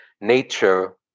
nature